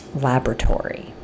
laboratory